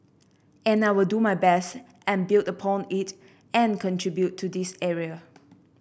and I will do my best and build upon it and contribute to this area